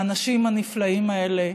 האנשים הנפלאים האלה.